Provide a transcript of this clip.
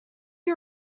you